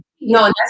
No